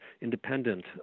independent